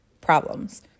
problems